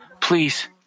Please